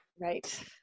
Right